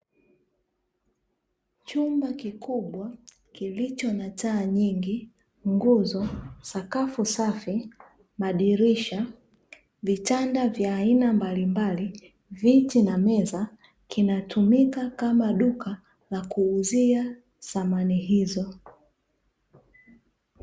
Chumba kikubwa kilicho na taa nyingi, nguzo, sakafu safi, madirisha, vitanda vya aina mbalimbali, viti na meza kinatumika kama duka la kuuzia samani hizo.